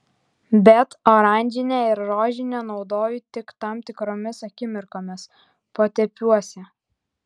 bet oranžinę ir rožinę naudoju tik tam tikromis akimirkomis potėpiuose